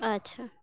ᱟᱪᱪᱷᱟ